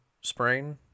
sprain